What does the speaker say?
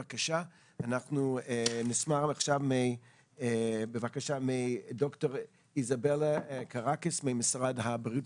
אנחנו נשמח לשמוע את דוקטור איזבלה קרקיס ממשרד הבריאות,